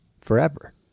forever